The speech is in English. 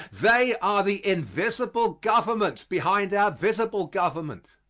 they are the invisible government behind our visible government.